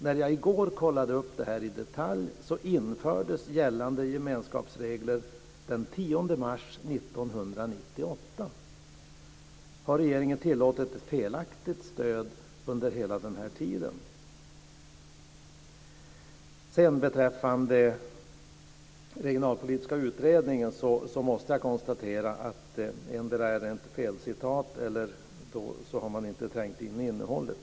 När jag i går kollade upp detta i detalj såg jag att gällande gemenskapsregler infördes den 10 mars 1998. Har regeringen tillåtit ett felaktigt stöd under hela den här tiden? Beträffande den regionalpolitiska utredningen måste jag konstatera att endera är detta ett felcitat eller så har man inte tänkt igenom innehållet.